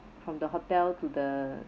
from the hotel to the